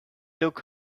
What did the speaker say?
took